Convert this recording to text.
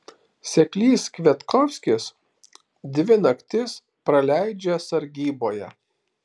seklys kviatkovskis dvi naktis praleidžia sargyboje